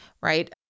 right